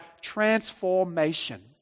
transformation